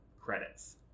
credits